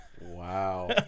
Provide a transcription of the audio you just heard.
Wow